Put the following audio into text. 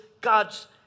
God's